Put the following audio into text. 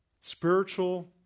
spiritual